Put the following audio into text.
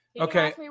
Okay